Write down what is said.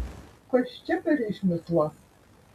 kas čia per išmislas